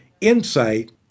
insight